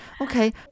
Okay